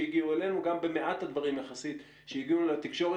שהגיעו אלינו וגם במעט הדברים יחסית שהגיעו לתקשורת.